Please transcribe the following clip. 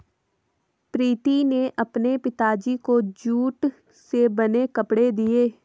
प्रीति ने अपने पिताजी को जूट से बने कपड़े दिए